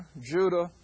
Judah